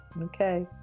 Okay